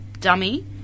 dummy